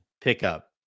pickup